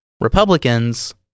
Republicans